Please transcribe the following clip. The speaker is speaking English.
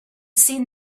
seen